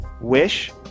Wish